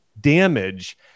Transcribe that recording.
damage